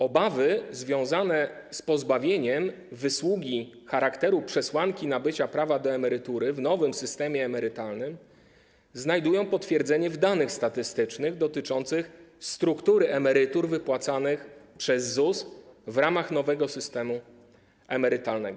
Obawy związane z pozbawieniem wysługi charakteru przesłanki nabycia prawa do emerytury w nowym systemie emerytalnym znajdują potwierdzenie w danych statystycznych dotyczących struktury emerytur wypłacanych przez ZUS w ramach nowego systemu emerytalnego.